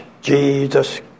Jesus